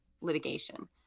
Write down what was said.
litigation